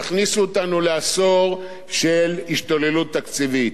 יכניסו אותנו לעשור של השתוללות תקציבית.